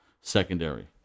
secondary